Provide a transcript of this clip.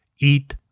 Eat